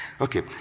Okay